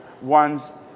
one's